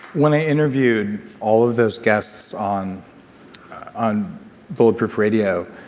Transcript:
when i interviewed all of those guests on on bulletproof radio,